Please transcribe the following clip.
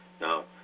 now